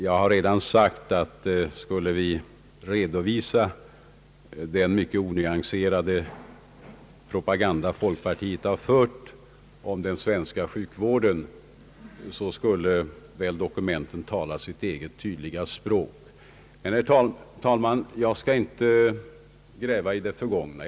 Jag har redan sagt att om vi skulle redovisa den mycket onyanserade propaganda folkpartiet har fört om den svenska sjukvården, så skulle dokumenten tala sitt eget tydliga språk. Men, herr talman, jag skall inte gräva i det förgångna.